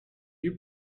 you